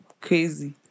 crazy